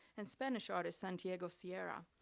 and spanish artist santiago sierra.